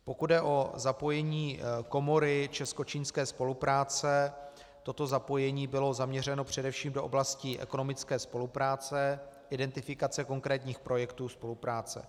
Pokud jde o zapojení komory českočínské spolupráce, toto zapojení bylo zaměřeno především do oblasti ekonomické spolupráce, identifikace konkrétních projektů spolupráce.